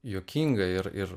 juokinga ir ir